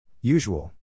usual